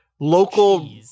local